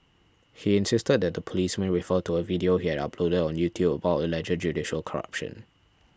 he insisted that the policemen refer to a video he had uploaded on YouTube about alleged judicial corruption